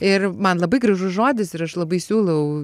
ir man labai gražus žodis ir aš labai siūlau